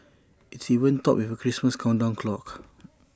it's even topped with A Christmas countdown clock